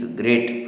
great